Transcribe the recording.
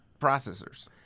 processors